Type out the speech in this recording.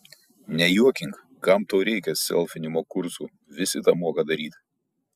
nejuokink kam tau reikia selfinimo kursų visi tą moka daryt